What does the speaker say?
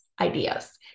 ideas